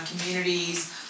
communities